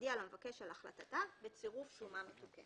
ותודיע למבקש על החלטתה בצירוף שומה מתוקנת.